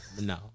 No